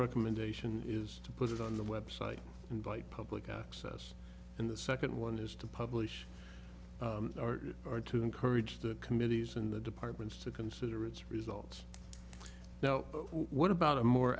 recommendation is to put it on the website invite public access and the second one is to publish or to encourage the committees in the departments to consider its results now what about a more